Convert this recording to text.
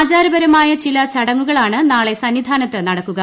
ആചാരപരമായ ചില ചടങ്ങുകളാണ് നാളെ സന്നിധാനത്ത് നടക്കുക